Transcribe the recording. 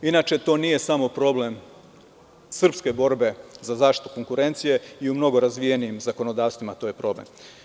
Inače, to nije samo problem srpske borbe za zaštitu konkurencije i u mnogo razvijenijim zakonodavstvima, to je problem.